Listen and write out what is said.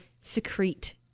secrete